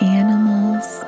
animals